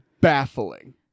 Baffling